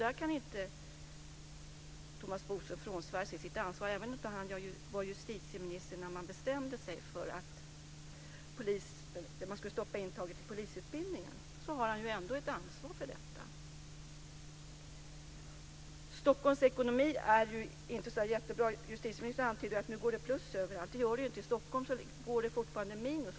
Där kan Thomas Bodström inte frånsvära sig ansvar även om han inte var justitieminister när man bestämde sig för att stoppa intaget till polisutbildningen. Han har ändå ett ansvar för detta. Stockholms ekonomi är inte så jättebra. Justitieministern antydde att det går med plus överallt. Det gör det inte. Stockholm går fortfarande med minus.